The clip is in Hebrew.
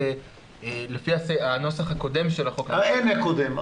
שלפי הנוסח הקודם של החוק --- אין קודם.